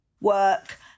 work